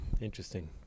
Interesting